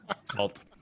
Salt